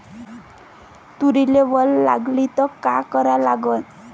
तुरीले वल लागली त का करा लागन?